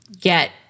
get